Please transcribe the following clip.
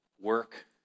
work